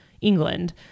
England